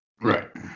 Right